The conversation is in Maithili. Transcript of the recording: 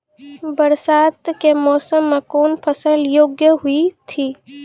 बरसात के मौसम मे कौन फसल योग्य हुई थी?